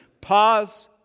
pause